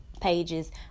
pages